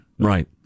Right